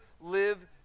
live